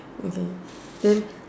okay then